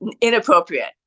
inappropriate